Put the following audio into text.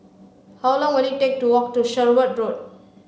how long will it take to walk to Sherwood Road